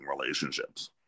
relationships